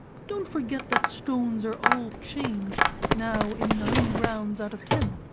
but don't forget that stones are all changed now in nine grounds out of ten.